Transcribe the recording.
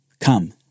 Come